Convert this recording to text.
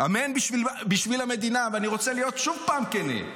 אמן בשביל המדינה, ואני רוצה להיות שוב פעם כן.